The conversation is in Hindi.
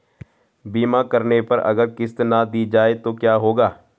बीमा करने पर अगर किश्त ना दी जाये तो क्या होगा?